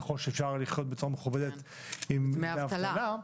ככל שאפשר לחיות בצורה מכובדת עם דמי אבטלה,